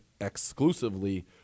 exclusively